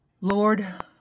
Lord